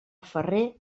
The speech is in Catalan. ferrer